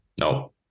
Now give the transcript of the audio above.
No